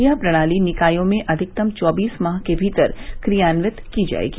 यह प्रणाली निकायों में अधिकतम चौबीस माह के भीतर क्रियान्वित की जायेगी